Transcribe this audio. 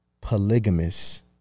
polygamous